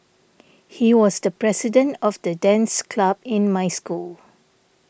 he was the president of the dance club in my school